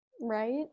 Right